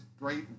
great